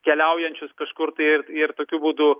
keliaujančius kažkur tai ir ir tokiu būdu